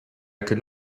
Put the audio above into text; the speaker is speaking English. could